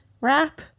wrap